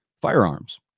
firearms